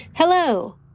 Hello